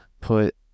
put